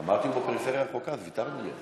אמרתי, בפריפריה הרחוקה, אז ויתרנו לו.